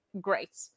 great